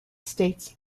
states